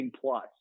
plus